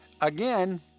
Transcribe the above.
Again